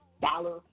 dollar